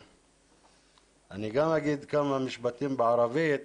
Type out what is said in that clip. אני גם אגיד כמה משפטים בערבית.